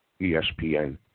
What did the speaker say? ESPN